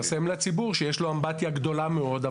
שיפרסם לציבור שיש לו אמבטיה גדולה מאוד,